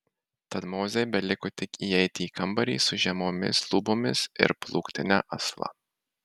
tad mozei beliko tik įeiti į kambarį su žemomis lubomis ir plūktine asla